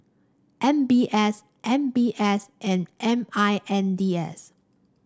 M B S M B S and M I N D S